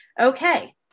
Okay